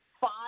five